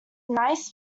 nice